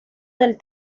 del